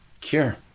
cure